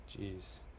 Jeez